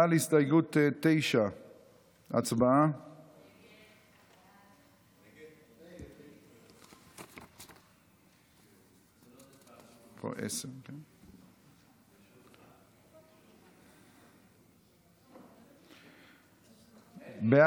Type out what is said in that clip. הצבעה על הסתייגות 9. הסתייגות 9 לא נתקבלה.